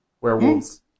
Werewolves